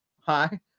Hi